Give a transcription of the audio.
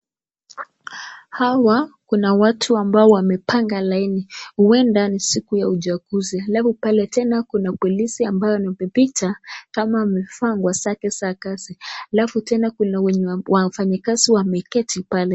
Hawa kuna watu ambao wamepanga laini huenda ni siku ya uchaguzi. Alafu pale tena kuna polisi ambaye amepita akiwa amevaa nguo zake za kazi alafu tena kuna wafanyakazi wameketi pale.